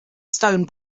stone